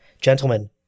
Gentlemen